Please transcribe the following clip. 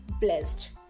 blessed